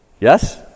yes